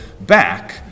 back